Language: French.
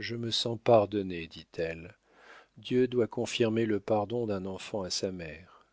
je me sens pardonnée dit-elle dieu doit confirmer le pardon d'un enfant à sa mère